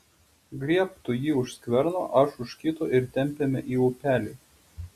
griebk tu jį už skverno aš už kito ir tempiame į upelį